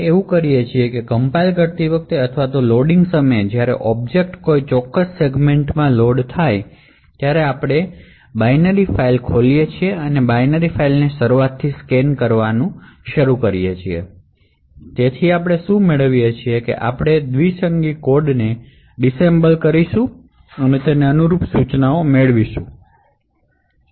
આપણે તે કરીએ છીએ કે કમ્પાઇલ કરતી વખતે અથવા લોડિંગ સમયે જ્યારે ઑબ્જેક્ટ કોઈ સેગમેન્ટમાં લોડ થાય છે તો આપણે શું કરીએ છીએ કે આપણે બાઈનરી ફાઇલ ખોલીએ છીએ અને તે બાઈનરી ફાઇલને શરૂઆતથી સ્કેન કરવાનું શરૂ કરીએ છીએ અને આપણે શું કરીએ છીએ તે છે કે આપણે બાઈનરી કોડ ને ડિસએસેમ્બલ કરીએ અને અનુરૂપ ઇન્સટ્રકશનશ મેળવીએ